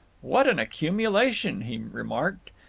what an accumulation! he remarked.